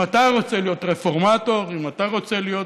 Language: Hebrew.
אם אתה רוצה להיות רפורמטור, אם אתה רוצה להיות